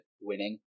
winning